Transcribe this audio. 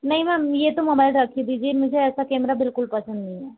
नहीं मैम ये तो मोबाइल रख ही दीजिए मुझे ऐसा कैमरा बिल्कुल पसंद नहीं है